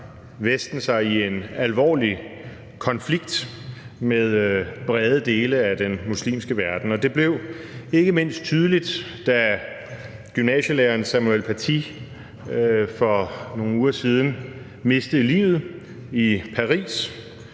Vesten sig i en alvorlig konflikt med brede dele af den muslimske verden, og det blev ikke mindst tydeligt, da gymnasielæreren Samuel Paty for nogle uger siden mistede livet i Paris,